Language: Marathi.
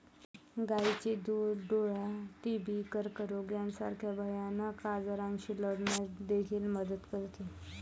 गायीचे दूध डोळा, टीबी, कर्करोग यासारख्या भयानक आजारांशी लढण्यास देखील मदत करते